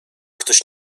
ktoś